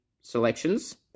selections